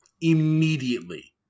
Immediately